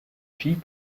fille